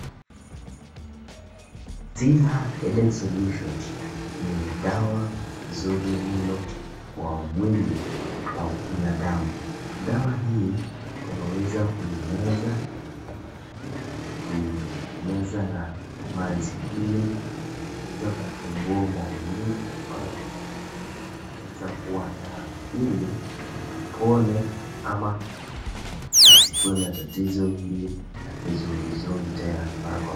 Cipla Headache Solution ni dawa nzuri mno kwa mwili wa binadamu. Dawa hii unaweza kuimeza na kuimeza na maji ili iweze kupungua maumivu ambayo mtu anaweza kuwa nayo ili apone ama asikuwe na tatizo hili la kizunguzungu tena mara kwa mara.